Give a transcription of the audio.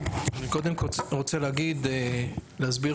אני רוצה להסביר